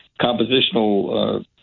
compositional